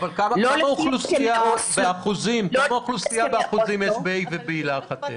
כמה אוכלוסייה, באחוזים, יש ב-A ו-B להערכתך?